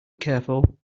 careful